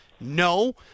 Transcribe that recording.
No